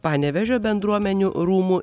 panevėžio bendruomenių rūmų